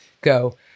go